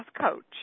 coach